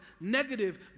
negative